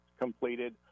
completed